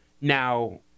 Now